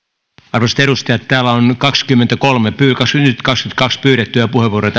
arvoisat edustajat täällä on kaksikymmentäkolme nyt kaksikymmentäkaksi pyydettyä puheenvuoroa